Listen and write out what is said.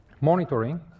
Monitoring